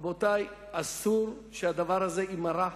רבותי, אסור שהדבר הזה יימרח.